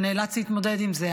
שנאלץ להתמודד עם זה,